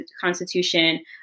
constitution